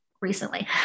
recently